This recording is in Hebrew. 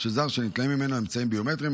של זר שניטלו ממנו אמצעים ביומטריים,